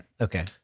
Okay